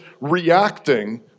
reacting